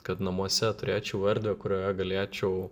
kad namuose turėčiau erdvę kurioje galėčiau